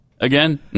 again